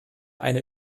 eine